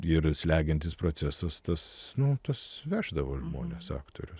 ir slegiantis procesas tas nu tas veždavo žmones aktorius